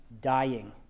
dying